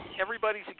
everybody's